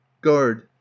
Guard